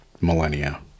millennia